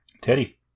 teddy